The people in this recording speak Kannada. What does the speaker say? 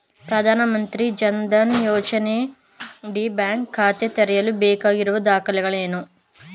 ಪ್ರಧಾನಮಂತ್ರಿ ಜನ್ ಧನ್ ಯೋಜನೆಯಡಿ ಬ್ಯಾಂಕ್ ಖಾತೆ ತೆರೆಯಲು ಬೇಕಾಗಿರುವ ದಾಖಲೆಗಳೇನು?